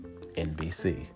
NBC